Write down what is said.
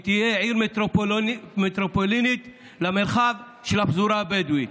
שהיא תהיה עיר מטרופולינית למרחב של הפזורה הבדואית,